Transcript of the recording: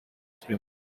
premier